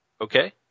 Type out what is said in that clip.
Okay